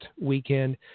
weekend